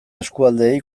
eskualdeei